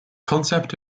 concept